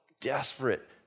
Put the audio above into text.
desperate